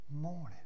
morning